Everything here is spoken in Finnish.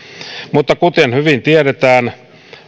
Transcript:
mutta kuten hyvin tiedetään